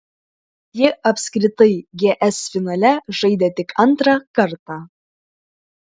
ji apskritai gs finale žaidė tik antrą kartą